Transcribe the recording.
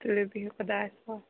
تُلو بِہِیو خۄدایَس سوال